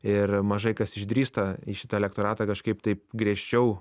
ir mažai kas išdrįsta į šitą elektoratą kažkaip taip griežčiau